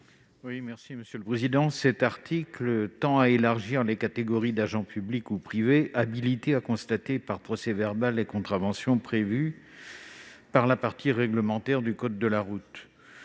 l'amendement n° 244. Cet article élargit les catégories d'agents publics ou privés habilités à constater par procès-verbal les contraventions prévues par la partie réglementaire du code de la route.